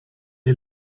est